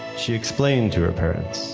she explained to her parents